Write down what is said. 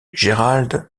gérald